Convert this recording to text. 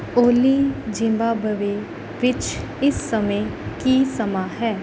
ਓਲੀ ਜ਼ਿੰਬਾਬਵੇ ਵਿੱਚ ਇਸ ਸਮੇਂ ਕੀ ਸਮਾਂ ਹੈ